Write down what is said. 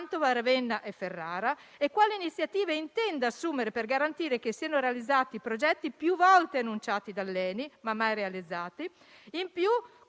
quali iniziative intenda assumere per garantire che siano realizzati i progetti più volte annunciati dall'ENI, ma mai realizzati. Inoltre,